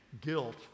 guilt